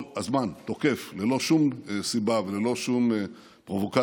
הזמן תוקף ללא שום סיבה וללא שום פרובוקציה,